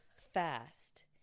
fast